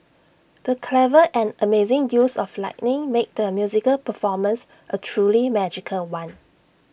the clever and amazing use of lighting made the musical performance A truly magical one